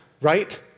right